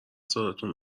صداتون